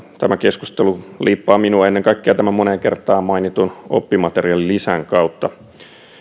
tämä keskustelu liippaa minua ennen kaikkea tämän moneen kertaan mainitun oppimateriaalilisän kautta